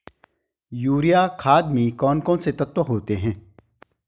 Urea खाद में कौन कौन से तत्व होते हैं?